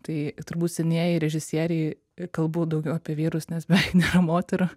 tai turbūt senieji režisieriai kalbu daugiau apie vyrus nes beveik nėra moterų